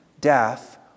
death